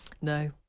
No